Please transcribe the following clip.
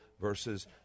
versus